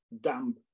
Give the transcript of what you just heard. damp